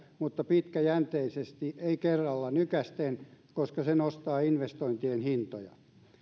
mutta pitkäjänteisesti ei kerralla nykäisten koska se nostaa investointien hintoja